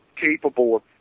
capable